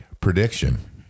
prediction